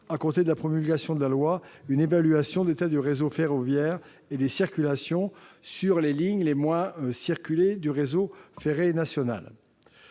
à compter de la promulgation de la loi, une évaluation de l'état du réseau ferroviaire et des circulations sur les lignes les moins empruntées du réseau ferré national.